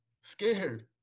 scared